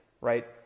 right